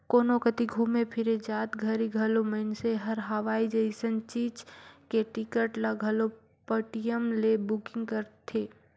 कोनो कति घुमे फिरे जात घरी घलो मइनसे हर हवाई जइसन चीच के टिकट ल घलो पटीएम ले बुकिग करथे